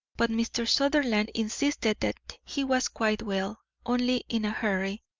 but mr. sutherland insisted that he was quite well, only in a hurry,